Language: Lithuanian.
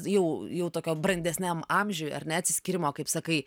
jau jau tokio brandesniam amžiui ar ne atsiskyrimo kaip sakai